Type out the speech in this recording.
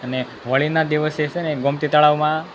અને હોળીના દિવસે છે ને ગમતી તળાવમાં